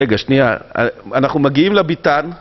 רגע, שנייה, אנחנו מגיעים לביתן.